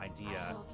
idea